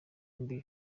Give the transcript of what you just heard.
mbi